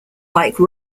like